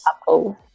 Apple